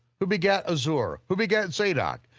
who begat azor, who begat zadok,